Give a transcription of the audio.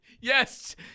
Yes